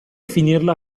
finirla